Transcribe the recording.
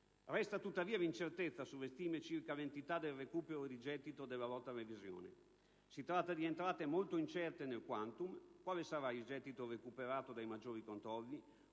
Resta tuttavia l'incertezza sulle stime circa l'entità del recupero di gettito dalla lotta all'evasione: si tratta di entrate molto incerte nel *quantum* (quale sarà il gettito recuperato dai maggiori controlli?